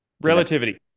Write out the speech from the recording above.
Relativity